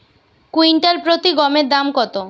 Quintal প্রতি গমের দাম কত?